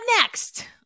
next